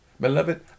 Beloved